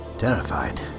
Terrified